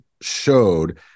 showed